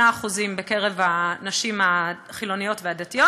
88% בקרב הנשים החילוניות והדתיות,